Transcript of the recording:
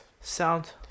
Sound